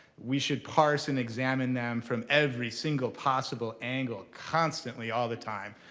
we should parse and examine them from every single possible angle, constantly all the time.